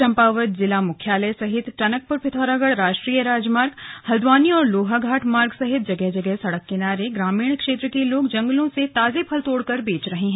चम्पावत जिला मुख्यालय सहित टनकपुर पिथौरागढ़ राष्ट्रीय राजमार्ग हल्द्वानी और लोहाघाट मार्ग सहित जगह जगह सड़क किनारे ग्रामीण क्षेत्र के लोग जंगलों से ताजे फल तोड़कर बेच रहे हैं